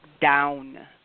down